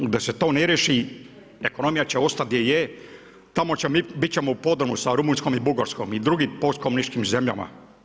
Dok se to ne riješi ekonomija će ostati gdje je, bit ćemo u podrumu sa Rumunjskom i Bugarskom i drugim postkomunističkim zemljama.